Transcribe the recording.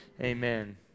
amen